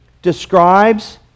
describes